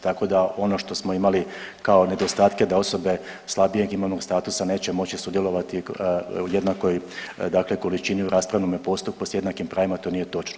Tako da ono što smo imali kao nedostatke da osobe slabijeg imovnog statusa neće moći sudjelovati u jednakoj dakle količini u raspravnome postupku s jednakim pravima to nije točno.